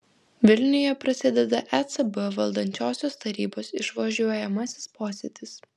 vilniuje prasideda ecb valdančiosios tarybos išvažiuojamasis posėdis